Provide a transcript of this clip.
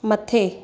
मथे